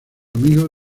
amigo